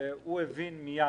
הוא הבין מיד